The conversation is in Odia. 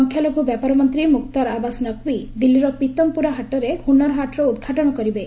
ସଂଖ୍ୟାଲଘୁ ବ୍ୟାପାର ମନ୍ତ୍ରୀ ମୁକ୍ତାର ଆବାସ୍ ନକ୍ବୀ ଦିଲ୍ଲୀର ପିତମ୍ପୁରା ହାଟରେ ହୁନର ହାଟ୍ର ଉଦ୍ଘାଟନ କରିବେ